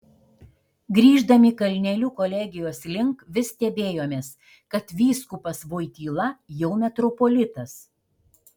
grįždami kalneliu kolegijos link vis stebėjomės kad vyskupas voityla jau metropolitas